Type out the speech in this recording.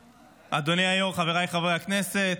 אדוני היו"ר, חבריי חברי הכנסת,